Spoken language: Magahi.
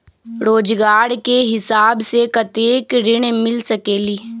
रोजगार के हिसाब से कतेक ऋण मिल सकेलि?